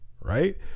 right